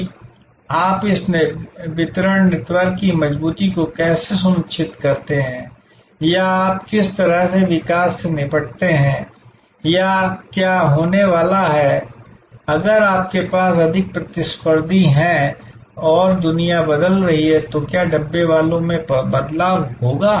कि आप इस वितरण नेटवर्क की मजबूती को कैसे सुनिश्चित करते हैं या आप किस तरह से विकास से निपटते हैं या क्या होने वाला है अगर आपके पास अधिक प्रतिस्पर्धी हैं और दुनिया बदल रही है तो क्या डब्बावालों में बदलाव होगा